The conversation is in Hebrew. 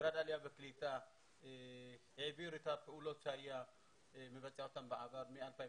משרד העלייה והקליטה העביר את הפעולות שהיה מבצע אותן בעבר מ-2016